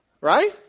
Right